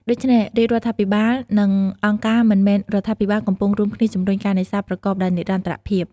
ដូច្នេះ រាជរដ្ឋាភិបាលនិងអង្គការមិនមែនរដ្ឋាភិបាលកំពុងរួមគ្នាជំរុញការនេសាទប្រកបដោយនិរន្តរភាព។